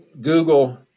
google